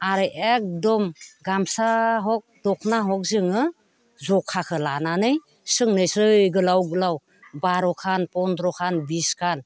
आरो एकदम गामसा हक दखना हक जोङो ज'खाखौ लानानै सोंनोसै गोलाव गोलाव बार'खान पन्द्र'खान बिसखान